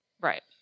Right